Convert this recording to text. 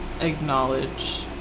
acknowledge